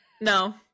No